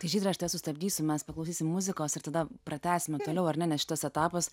tai žydre aš tave sustabdysiu mes paklausysim muzikos ir tada pratęsime toliau ar ne šitas etapas